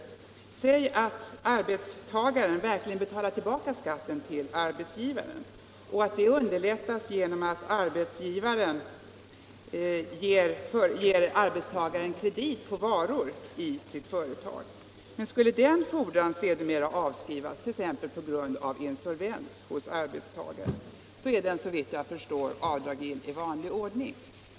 Antag att arbetstagaren verkligen betalar tillbaka skatten till arbetsgivaren och att detta underlättas genom att arbetsgivaren ger arbetstagaren kredit på varor i sitt företag! Skulle den fordran som därvid uppstår sedermera avskrivas på grund av insolvens hos arbetstagaren är den såvitt jag förstår avdragsgill i vanlig ordning.